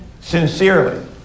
Sincerely